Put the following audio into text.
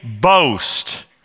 boast